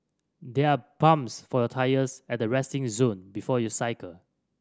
there are pumps for your tyres at the resting zone before you cycle